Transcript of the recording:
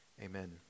amen